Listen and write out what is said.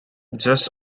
just